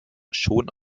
schon